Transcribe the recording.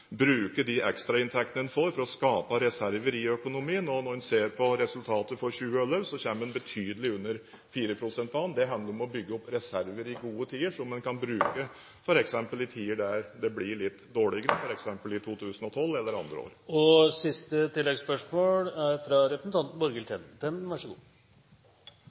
de ekstrainntektene en får, til å skape reserver i økonomien, og når en ser på resultatet for 2011, kommer en betydelig under 4-prosentbanen. Det hender en må bygge opp reserver i gode tider som en kan bruke i tider der det blir litt dårligere, f.eks. i 2012, eller andre år. Borghild Tenden – til siste oppfølgingsspørsmål. I forlengelsen av det representanten